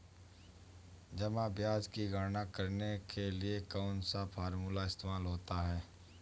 जमा ब्याज की गणना करने के लिए कौनसा फॉर्मूला इस्तेमाल होता है?